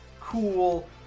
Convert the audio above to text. cool